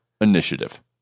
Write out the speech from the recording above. Initiative